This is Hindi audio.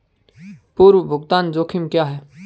पूर्व भुगतान जोखिम क्या हैं?